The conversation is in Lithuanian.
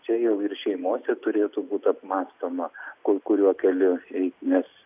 čia jau ir šeimose turėtų būt apmąstoma kur kuriuo keliu eit nes